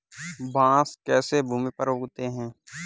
बांस कैसे भूमि पर उगते हैं?